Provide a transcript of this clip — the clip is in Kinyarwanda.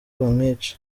bamwica